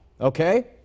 Okay